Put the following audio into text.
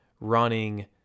running